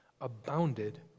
abounded